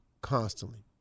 constantly